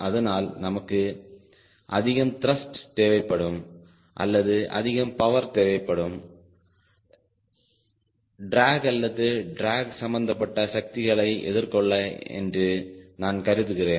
அதனால் நமக்கு அதிகம் த்ரஸ்ட் தேவைப்படும் அல்லது அதிகம் பவர் வேண்டும் டிராக் அல்லது டிராக் சம்பந்தப்பட்ட சக்திகளை எதிர்கொள்ள என்று நான் கருதுகிறேன்